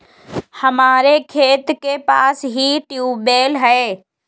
हमारे खेत के पास ही ट्यूबवेल है